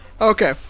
Okay